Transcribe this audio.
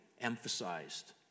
emphasized